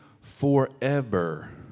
forever